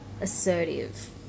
assertive